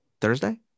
Thursday